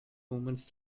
movements